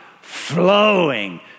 flowing